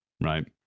right